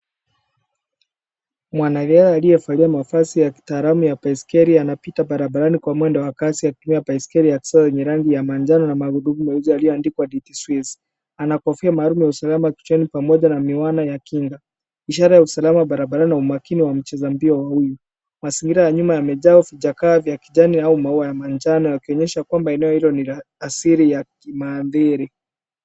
Mwanariadha aliyevalia mavazi ya kitaalamu ya baiskeli anapita barabarani kwa mwendo wa kasi akiwa amevalia baiskeli ya rangi ya njano na magurudumu yaliyoandikwa Ditiswis. Ana kofia maalum ya kiusalama pamoja na miwani ya kinga. Ishara ya usalama barabarani na umakini wa wacheza mpira wawili. Mazingira ya nyuma yamejaa vichaka vya kijani au maua ya manjano yakionyesha kuwa eneo hilo ni la asili ya kimaambiri.